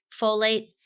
folate